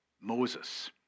Moses